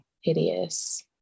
hideous